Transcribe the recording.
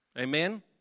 Amen